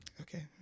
Okay